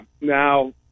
now